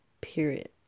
period